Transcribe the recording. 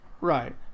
Right